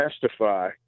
testify